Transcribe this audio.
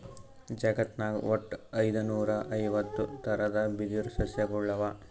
ಜಗತ್ನಾಗ್ ವಟ್ಟ್ ಐದುನೂರಾ ಐವತ್ತ್ ಥರದ್ ಬಿದಿರ್ ಸಸ್ಯಗೊಳ್ ಅವಾ